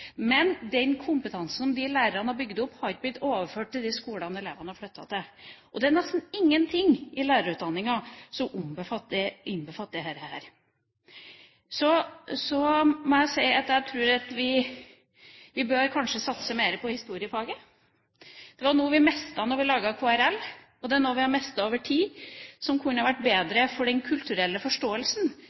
men den kompetansen de lærerne har bygd opp, har ikke blitt overført til de skolene elevene har flyttet til. Det er nesten ingenting i lærerutdanninga som innbefatter dette. Så må jeg si at jeg tror at vi kanskje bør satse mer på historiefaget. Det var noe vi mistet da vi laget KRL. Det er noe vi har mistet over tid, som kunne vært bedre for den kulturelle forståelsen,